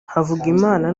havugimana